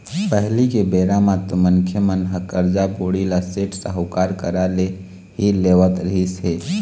पहिली के बेरा म तो मनखे मन ह करजा, बोड़ी ल सेठ, साहूकार करा ले ही लेवत रिहिस हे